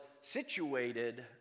situated